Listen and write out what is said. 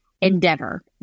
endeavor